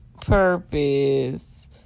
purpose